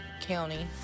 County